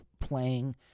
playing